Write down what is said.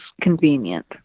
convenient